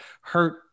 hurt